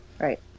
right